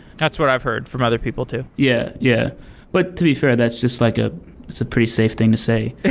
that's what i've heard from other people too yeah yeah. but to be fair, that's just like a it's a pretty safe thing to say.